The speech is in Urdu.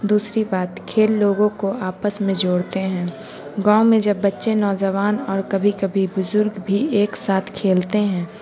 دوسری بات کھیل لوگوں کو آپس میں جوڑتے ہیں گاؤں میں جب بچے نوجوان اور کبھی کبھی بزرگ بھی ایک ساتھ کھیلتے ہیں